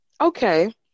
Okay